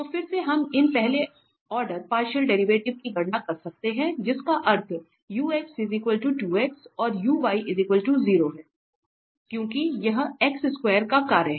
तो फिर से हम इन पहले ऑर्डर पार्शियल डेरिवेटिव की गणना कर सकते हैं जिसका अर्थ और है क्योंकि यह का कार्य है